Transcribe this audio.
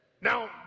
Now